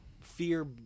fear